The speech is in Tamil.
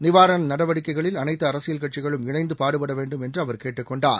நிவாரண நடவடிக்கைகளில் அனைத்து அரசியல் கட்சிகளும் இணைந்து பாடுபட வேண்டும் என்று அவர் கேட்டுக்கொண்டார்